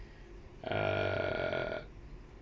err